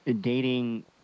dating